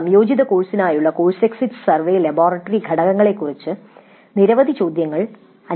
ഒരു സംയോജിത കോഴ്സിനായുള്ള കോഴ്സ് എക്സിറ്റ് സർവേ ലബോറട്ടറി ഘടകങ്ങളെക്കുറിച്ച് നിരവധി ചോദ്യങ്ങൾ അനുവദിച്ചേക്കില്ല